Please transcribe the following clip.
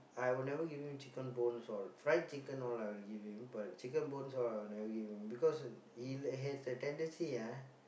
I will never give him chicken bones all fried chicken all I will give him but chicken bones all I will never give him because he has the tendency ah